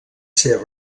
ser